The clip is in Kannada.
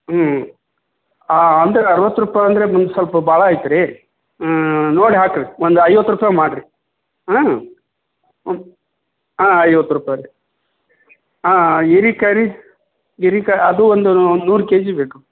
ಹ್ಞೂ ಅಂದರೆ ಅರವತ್ತು ರೂಪಾಯಿ ಅಂದರೆ ಒಂದು ಸ್ವಲ್ಪ ಭಾಳ ಆಯ್ತು ರೀ ನೋಡಿ ಹಾಕಿರಿ ಒಂದು ಐವತ್ತು ರೂಪಾಯಿ ಮಾಡಿರಿ ಹಾಂ ಹಾಂ ಹಾಂ ಐವತ್ತು ರೂಪಾಯಿ ರೀ ಹಾಂ ಹೀರೆಕಾಯ್ರಿ ಹೀರೆಕಾಯ್ ಅದು ಒಂದು ನೂರು ಕೆಜಿ ಬೇಕು